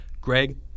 Greg